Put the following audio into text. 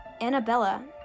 Annabella